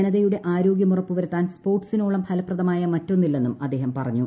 ജനതയുടെ ആരോഗ്യം ഉറപ്പുവരുത്താൻ സ്പോർട്സിനോളം ഫലപ്രദമായ മറ്റൊന്നില്ലെന്നും അദ്ദേഹം പറഞ്ഞു